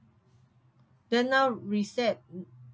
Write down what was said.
then now recept